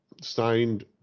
signed